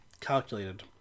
calculated